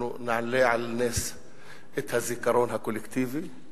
אנחנו נעלה על נס את הזיכרון הקולקטיבי.